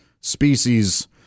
species